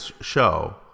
show